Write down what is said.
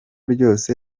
ryose